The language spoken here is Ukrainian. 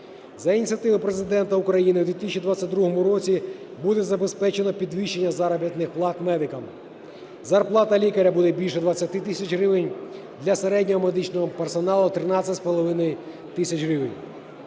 За ініціативи Президента України в 2022 році буде забезпечено підвищення заробітних плат медикам: зарплата лікаря буде більше 20 тисяч гривень, для середнього медичного персоналу – 13,5 тисячі гривень.